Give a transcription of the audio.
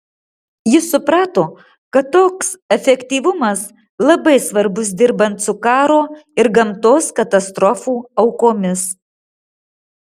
jis suprato kad toks efektyvumas labai svarbus dirbant su karo ir gamtos katastrofų aukomis